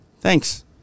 Thanks